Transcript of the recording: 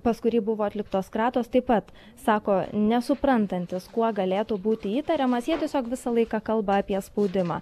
pas kurį buvo atliktos kratos taip pat sako nesuprantantis kuo galėtų būti įtariamas jie tiesiog visą laiką kalba apie spaudimą